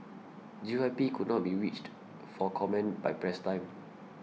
G Y P could not be reached for comment by press time